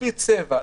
לפי צבע,